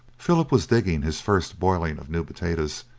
philip was digging his first boiling of new potatoes,